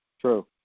True